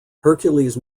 hercules